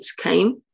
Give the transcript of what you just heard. came